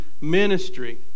ministry